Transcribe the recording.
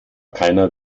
keiner